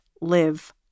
live